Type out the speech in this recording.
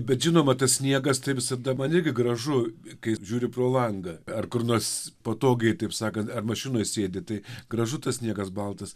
bet žinoma tas sniegas tai visada man irgi gražu kai žiūri pro langą ar kur nors patogiai taip sakant ar mašinoj sėdi tai gražu tas sniegas baltas